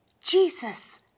Jesus